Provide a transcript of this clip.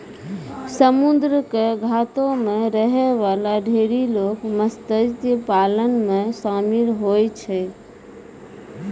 समुद्र क कातो म रहै वाला ढेरी लोग मत्स्य पालन म शामिल होय छै